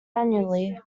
annually